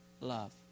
love